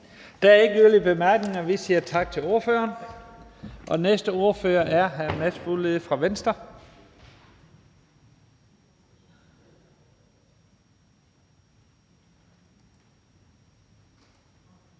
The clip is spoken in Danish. Der er ikke yderligere bemærkninger. Vi siger tak til ordføreren. Og den næste ordfører er hr. Mads Fuglede fra Venstre.